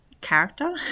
character